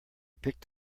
picked